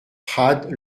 prades